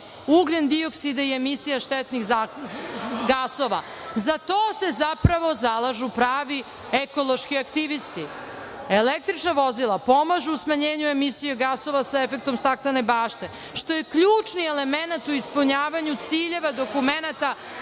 ugljen-dioksida i emisija štetnih gasova. Za to se zalažu pravi ekološki aktivisti. Električna vozila pomažu smanjenje emisiju gasova sa efektom staklene bašte, što je ključni element u ispunjavanju ciljeva dokumenata